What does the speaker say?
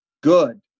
good